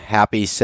happy